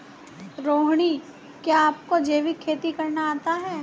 रोहिणी, क्या आपको जैविक खेती करना आता है?